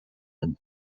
and